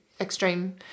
extreme